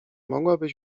mogłabyś